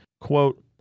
Quote